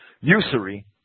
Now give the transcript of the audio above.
Usury